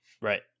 Right